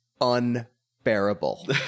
unbearable